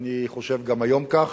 ואני חושב גם היום כך.